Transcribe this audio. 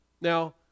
Now